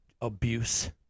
abuse